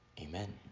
Amen